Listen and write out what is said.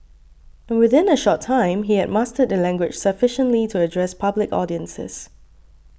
and within a short time he had mastered the language sufficiently to address public audiences